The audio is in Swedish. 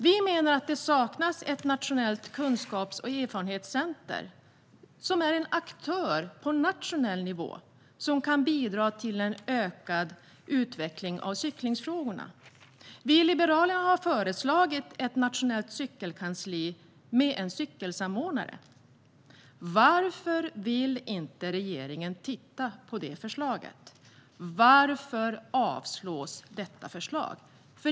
Vi menar att det saknas ett nationellt kunskaps och erfarenhetscenter som en aktör på nationell nivå som kan bidra till en ökad utveckling av cyklingsfrågorna. Vi liberaler har föreslagit ett nationellt cykelkansli med en cykelsamordnare. Varför vill inte regeringen titta på det förslaget? Varför avslås detta förslag?